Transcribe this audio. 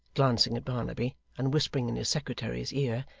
glancing at barnaby, and whispering in his secretary's ear,